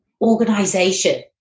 organization